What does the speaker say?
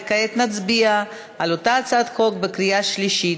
וכעת נצביע על אותה הצעת חוק בקריאה שלישית.